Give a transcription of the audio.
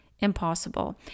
Impossible